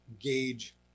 Gauge